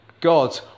God